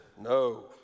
no